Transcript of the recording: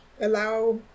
allow